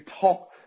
talk